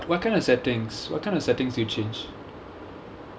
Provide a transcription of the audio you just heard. but what what kind of settings what kind of settings do you change